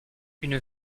une